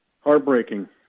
Heartbreaking